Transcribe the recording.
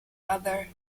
other